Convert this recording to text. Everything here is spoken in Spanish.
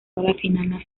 nacional